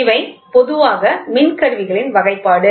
இவை பொதுவாக மின் கருவிகளின் வகைப்பாடு